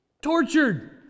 tortured